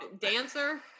Dancer